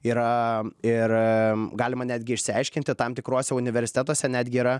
yra ir galima netgi išsiaiškinti tam tikruose universitetuose netgi yra